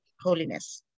holiness